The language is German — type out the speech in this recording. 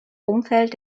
umfeld